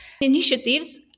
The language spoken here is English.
initiatives